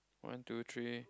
one two three